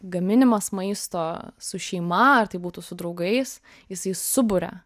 gaminimas maisto su šeima ar tai būtų su draugais jisai suburia